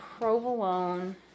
provolone